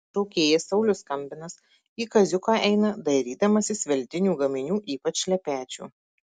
šokėjas saulius skambinas į kaziuką eina dairydamasis veltinių gaminių ypač šlepečių